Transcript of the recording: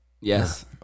Yes